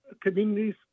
communities